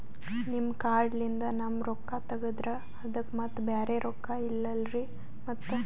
ನಿಮ್ ಕಾರ್ಡ್ ಲಿಂದ ನಮ್ ರೊಕ್ಕ ತಗದ್ರ ಅದಕ್ಕ ಮತ್ತ ಬ್ಯಾರೆ ರೊಕ್ಕ ಇಲ್ಲಲ್ರಿ ಮತ್ತ?